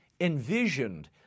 envisioned